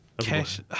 Cash